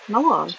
lawa